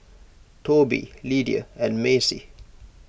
Toby Lidia and Macey